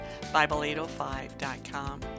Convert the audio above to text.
Bible805.com